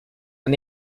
and